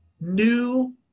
new